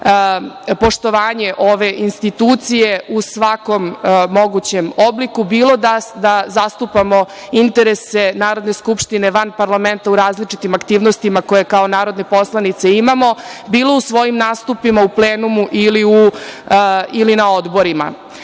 poštovanje ove institucije u svakom mogućem obliku bilo da zastupamo interese Narodne skupštine van parlamenta u različitim aktivnostima koje kao narodne poslanice imamo, bilo u svojim nastupima u plenumu ili na odborima.S